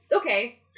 okay